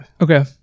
okay